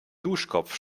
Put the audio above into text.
duschkopf